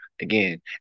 again